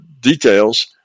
details